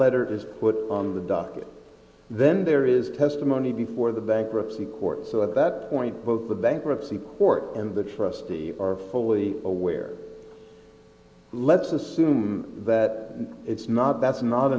letter is put on the docket then there is testimony before the bankruptcy court so at that point both the bankruptcy court and the trustee are fully aware let's assume that it's not that's not